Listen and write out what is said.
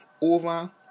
over